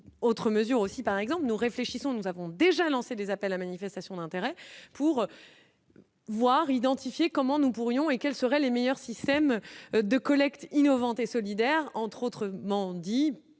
autre mesure aussi, par exemple, nous réfléchissons, nous avons déjà lancé des appels à manifestation d'intérêt pour voir identifier comment nous pourrions et quelles seraient les meilleurs systèmes de collecte innovante et solidaire entre autres mendient